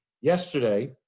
Yesterday